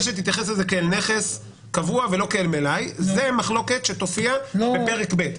שתתייחס לזה כאל נכס קבוע ולא כאל מלאי זו מחלוקת שתופיע בפרק ב'.